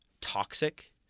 toxic